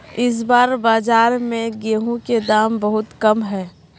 इस बार बाजार में गेंहू के दाम बहुत कम है?